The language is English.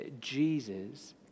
Jesus